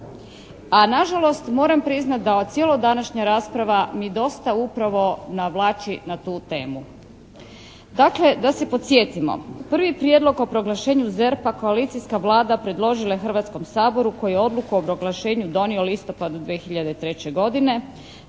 A nažalost moram priznati da ova cijela današnja rasprava mi dosta upravo navlači na tu temu. Dakle da se podsjetimo. Prvi prijedlog o proglašenju ZERP-a koalicijska Vlada predložila je Hrvatskom saboru koji je Odluku o proglašenju donio u listopadu 2003. godine